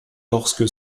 lorsque